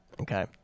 Okay